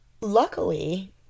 luckily